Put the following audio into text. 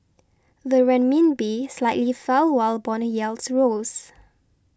the Renminbi slightly fell while bond yields rose